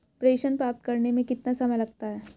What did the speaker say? प्रेषण प्राप्त करने में कितना समय लगता है?